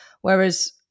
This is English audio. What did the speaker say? Whereas